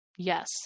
Yes